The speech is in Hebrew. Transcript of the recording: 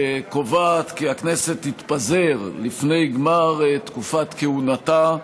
שקובעת כי הכנסת תתפזר לפני גמר תקופת כהונתה,